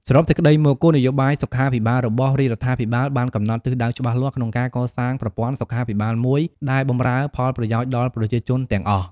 សរុបសេចក្តីមក គោលនយោបាយសុខាភិបាលរបស់រាជរដ្ឋាភិបាលបានកំណត់ទិសដៅច្បាស់លាស់ក្នុងការកសាងប្រព័ន្ធសុខាភិបាលមួយដែលបម្រើផលប្រយោជន៍ដល់ប្រជាជនទាំងអស់។